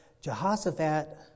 Jehoshaphat